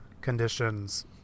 conditions